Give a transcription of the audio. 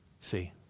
See